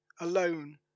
alone